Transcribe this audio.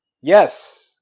Yes